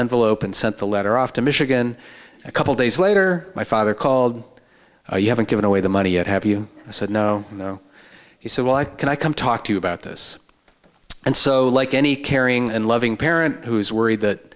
envelope and sent the letter off to michigan a couple days later my father called you haven't given away the money yet have you said no no he said well i can i come talk to you about this and so like any caring and loving parent who is worried that